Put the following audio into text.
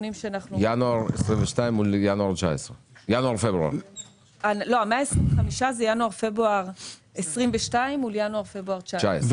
זה ינואר-פברואר 2022 מול ינואר-פברואר 2019. ומה עם ינואר-פברואר 2022 מול ינואר-פברואר 2020?